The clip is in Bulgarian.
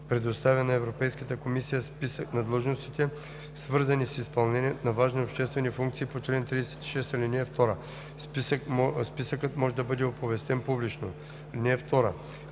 предоставя на Европейската комисия списък на длъжностите, свързани с изпълнението на важни обществени функции по чл. 36, ал. 2. Списъкът може да бъде оповестен публично.